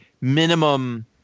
minimum